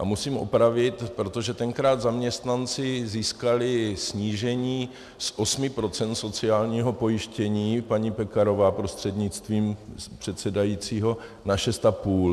A musím opravit, protože tenkrát zaměstnanci získali snížení z osmi procent sociálního pojištění paní Pekarová, prostřednictvím předsedajícího na šest a půl.